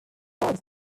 largest